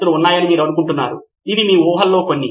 ఇప్పుడు నోట్స్ తీసుకోగల అప్లికేషన్ గమనించండి